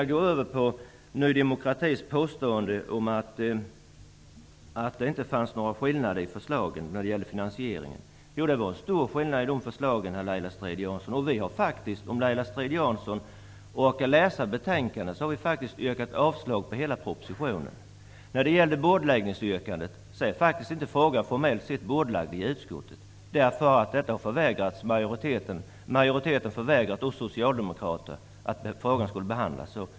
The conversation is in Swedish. Jag går över till Ny demokratis påstående att det inte fanns några skillnader mellan förslagen när det gäller finansieringen. Det var en stor skillnad mellan de förslagen, Laila Strid-Jansson. Om Laila Strid-Jansson orkar läsa betänkandet finner hon att vi faktiskt har yrkat avslag på hela propositionen. När det gäller bordläggningsyrkandet är frågan faktiskt inte formellt sett bordlagd i utskottet, eftersom majoriteten har förvägrat oss socialdemokrater att få frågan behandlad.